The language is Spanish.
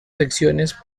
secciones